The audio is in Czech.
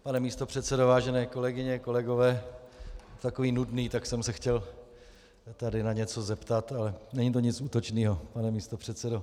Pane místopředsedo, vážené kolegyně, kolegové, je to takové nudné, tak jsem se chtěl tady na něco zeptat, ale není to nic útočného, pane místopředsedo.